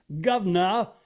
Governor